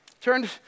Turn